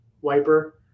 wiper